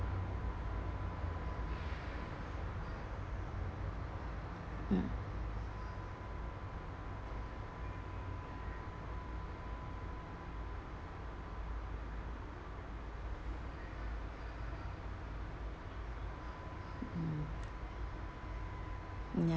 mm ya